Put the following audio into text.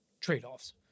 trade-offs